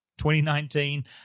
2019